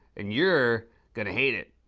and you're gonna hate it.